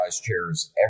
chairs